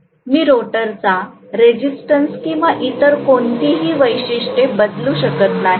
मी रोटरचा रेजिस्टन्स किंवा इतर कोणतीही वैशिष्ट्ये बदलू शकत नाही